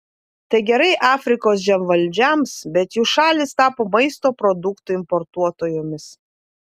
tai gerai afrikos žemvaldžiams bet jų šalys tapo maisto produktų importuotojomis